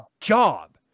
job